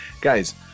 Guys